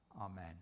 Amen